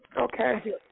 Okay